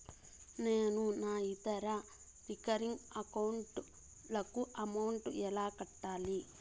నేను నా ఇతర రికరింగ్ అకౌంట్ లకు అమౌంట్ ఎలా కట్టాలి?